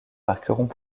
marqueront